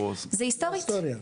זה היסטורית,